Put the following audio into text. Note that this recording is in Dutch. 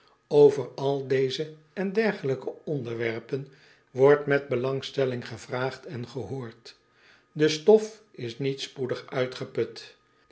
over al deze en dergelijke onderwerpen wordt met belangstelling gevraagd en gehoord de stof is niet spoedig uitgeput